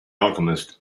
alchemist